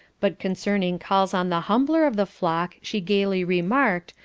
but concerning calls on the humbler of the flock she gaily remarked,